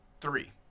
Three